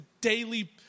daily